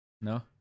No